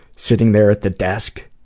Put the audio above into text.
sitting there at the desk,